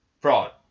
Fraud